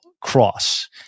cross